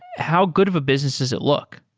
how good of a business is it look?